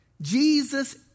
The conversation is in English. Jesus